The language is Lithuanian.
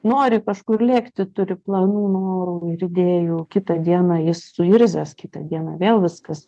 nori kažkur lėkti turi planų norų ir idėjų kitą dieną jis suirzęs kitą dieną vėl viskas